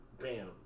Bam